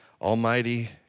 Almighty